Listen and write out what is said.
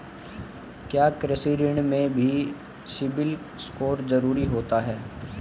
क्या कृषि ऋण में भी सिबिल स्कोर जरूरी होता है?